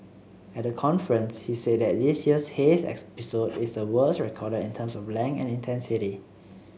at the conference he said that this year's haze episode is the worst recorded in terms of length and intensity